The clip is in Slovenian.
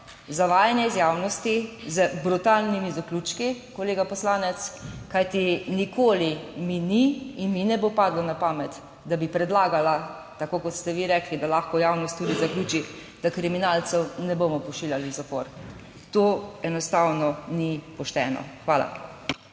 zavajanje iz javnosti z brutalnimi zaključki, kolega poslanec, kajti nikoli mi ni in mi ne bo padlo na pamet, da bi predlagala tako kot ste vi rekli, da lahko javnost tudi zaključi, da kriminalcev ne bomo pošiljali v zapor. To enostavno ni pošteno. Hvala.